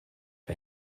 for